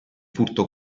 furto